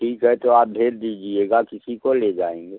ठीक है तो आप भेज दीजिएगा किसी को ले जाएंगे